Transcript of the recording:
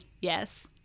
yes